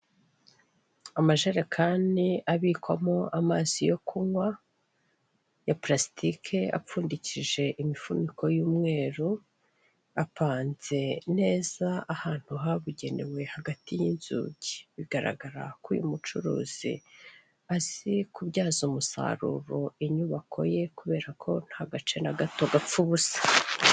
Amajerekani abikwamo amazi yo kunywa, ya pulasitike apfundikije imifuniko y'umweru, apanze neza ahantu habugenewe hagati y'inzugi bigaragara ko uyu mucuruzi azi kubyaza umusaruro inyubako ye kubera ko nta gace na gato gapfa ubusa.